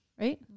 right